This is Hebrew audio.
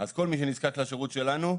אז כל מי שנזקק לשירות שלנו,